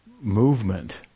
movement